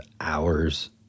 hours